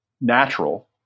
natural